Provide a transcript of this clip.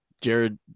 Jared